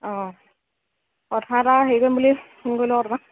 অঁ কথা এটা হেৰি কৰিম বুলি ফোন কৰিলোঁ আকৌ তোমাক